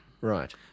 Right